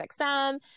XM